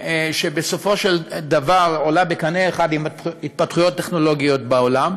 שבסופו של דבר עולה בקנה אחד עם התפתחויות טכנולוגיות בעולם,